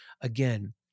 again